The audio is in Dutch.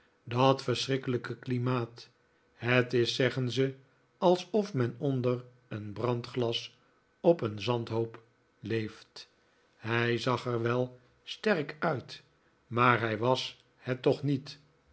dat verschrikkelijke klimaat het is zeggen ze alsof men onder een brandglas op een zandhoop leeft hij zag er wel sterk uit maar hij was het toch niet